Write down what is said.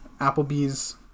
Applebee's